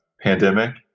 pandemic